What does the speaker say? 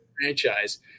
franchise